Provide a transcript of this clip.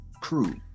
crew